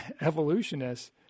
evolutionists